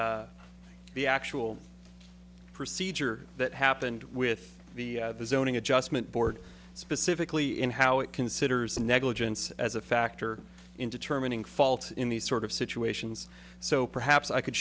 the actual procedure that happened with the zoning adjustment board specifically in how it considers negligence as a factor in determining fault in these sort of situations so perhaps i could